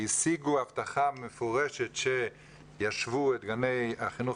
והשיגו הבטחה מפורשת שישוו את גני החינוך